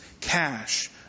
cash